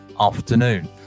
afternoon